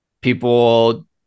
people